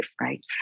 right